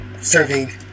serving